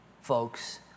folks